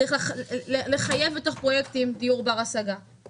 צריך לחייב דיור בר השגה בפרויקטים,